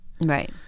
Right